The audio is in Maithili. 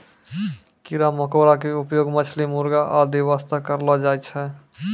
कीड़ा मकोड़ा के उपयोग मछली, मुर्गी आदि वास्तॅ करलो जाय छै